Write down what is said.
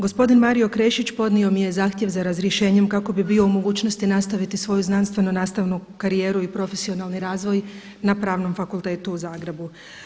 Gospodin Mario Krešić, podnio mi je zahtjev za razrješenjem kako bi bio u mogućnosti nastaviti svoju znanstveno nastavnu karijeru i profesionalni razvoj na Pravnom fakultetu u Zagrebu.